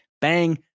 bang